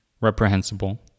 reprehensible